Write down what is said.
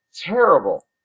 Terrible